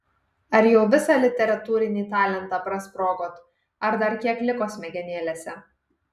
ar jau visą literatūrinį talentą prasprogot ar dar kiek liko smegenėlėse